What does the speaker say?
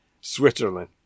Switzerland